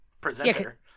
presenter